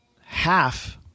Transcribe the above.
half